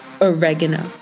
oregano